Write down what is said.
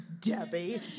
Debbie